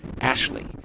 Ashley